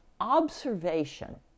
observation